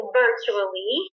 virtually